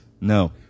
No